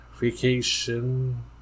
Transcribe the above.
vacation